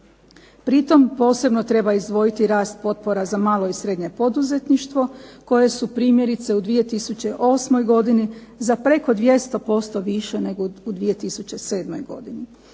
Pritom posebno treba izdvojiti rast potpora za malo i srednje poduzetništvo koje su primjerice u 2008. godini za preko 200% više nego u 2007. godini.